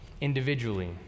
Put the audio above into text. individually